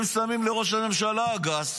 אם שמים לראש הממשלה אגס,